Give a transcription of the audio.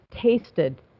tasted